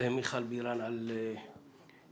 מיכל בירן על ליווי